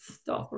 stop